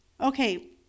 Okay